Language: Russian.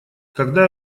когда